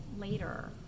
later